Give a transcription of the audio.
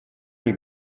you